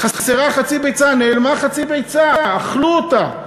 חסרה חצי ביצה, נעלמה חצי ביצה, אכלו אותה.